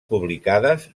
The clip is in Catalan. publicades